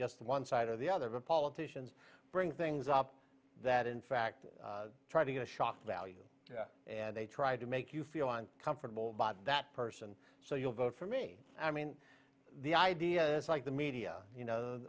just one side or the other the politicians bring things up that in fact try to get a shock value and they try to make you feel uncomfortable bought that person so you'll vote for me i mean the idea is like the media you know